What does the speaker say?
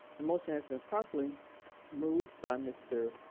the motion has been properly moved by mr.